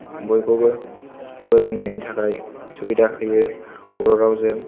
बयखौबो फोरोंनायनि थाखाय सुबिदा होयो बर' रावजों